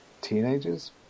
teenagers